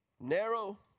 narrow